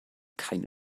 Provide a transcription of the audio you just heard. keine